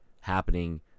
happening